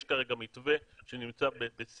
יש כרגע מתווה שנמצא בשיח.